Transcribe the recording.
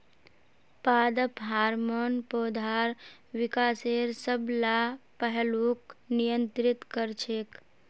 पादप हार्मोन पौधार विकासेर सब ला पहलूक नियंत्रित कर छेक